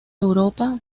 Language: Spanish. europa